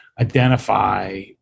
identify